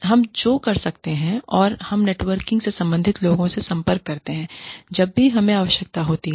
हम जो कर रहे हैं और हम नेटवर्क में संबंधित लोगों से संपर्क करते हैं जब भी हमें आवश्यकता होती है